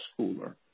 schooler